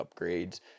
upgrades